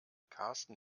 karsten